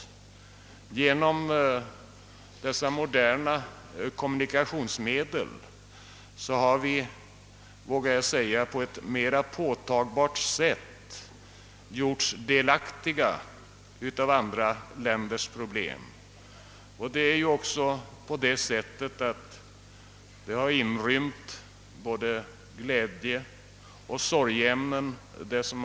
Men genom de moderna kommunikationsmedlen har vi alltså, vågar jag säga, på ett mera påtagligt sätt gjorts delaktiga av andra länders problem. Det som förmedlats har inrymt både glädjande och sorgliga ting.